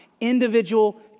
individual